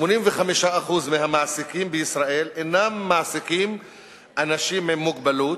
85% מהמעסיקים בישראל אינם מעסיקים אנשים עם מוגבלות,